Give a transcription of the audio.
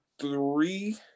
three